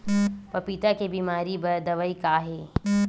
पपीता के बीमारी बर दवाई का हे?